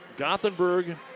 Gothenburg